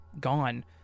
gone